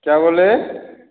क्या बोले